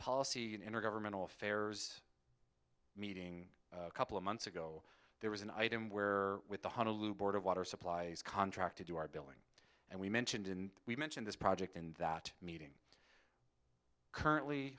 policy and intergovernmental affairs meeting a couple of months ago there was an item where with the honolulu board of water supply is contracted to our billing and we mentioned and we mentioned this project in that meeting currently